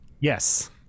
Yes